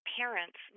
parents